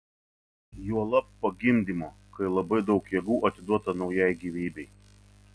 juolab po gimdymo kai labai daug jėgų atiduota naujai gyvybei